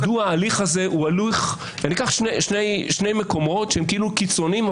אני אקח שני מקומות שהם כאילו קיצוניים,